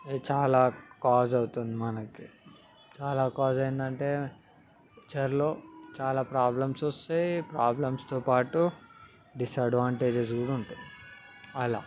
చాలా కాజ్ అవుతుంది మనకి చాలా కాజ్ అయ్యిందంటే ఫ్యూచర్లో చాలా ప్రాబ్లమ్స్ వస్తాయి ప్రాబ్లమ్స్తో పాటు డిస్అడ్వాంటేజెస్ కూడా ఉంటాయి అలా